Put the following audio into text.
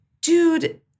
Dude